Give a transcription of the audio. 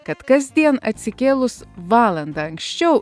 kad kasdien atsikėlus valanda anksčiau